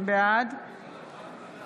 בעד יצחק פינדרוס,